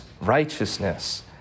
righteousness